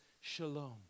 shalom